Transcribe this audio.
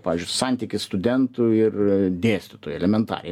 pavyzdžiui santykis studentų ir dėstytojų elementariai